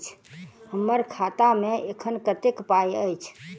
हम्मर खाता मे एखन कतेक पाई अछि?